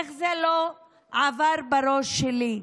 איך זה לא עבר בראש שלי?